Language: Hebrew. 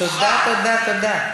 תודה, תודה.